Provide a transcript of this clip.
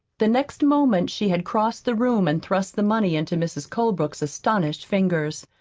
the next moment she had crossed the room and thrust the money into mrs. colebrook's astonished fingers.